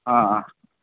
ಹಾಂ ಹಾಂ